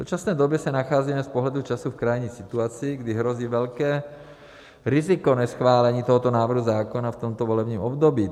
V současné době se nacházíme z pohledu času v krajní situaci, kdy hrozí velké riziko neschválení tohoto návrhu zákona v tomto volebním období.